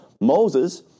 Moses